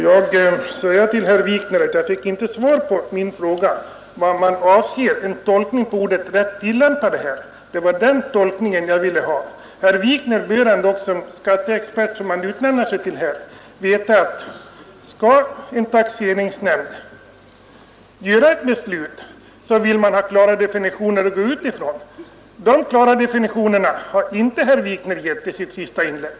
Fru talman! Jag fick inte svar på min fråga, herr Wikner. Jag ville ha en tolkning av uttrycket ”rätt tillämpade”. Herr Wikner bör ändå — som den skatteexpert han utnämner sig till här — veta att om en taxeringsnämnd skall fatta beslut, så vill man ha klara definitioner att utgå från. Sådana klara definitioner har inte herr Wikner givit i sitt senaste inlägg.